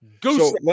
Goose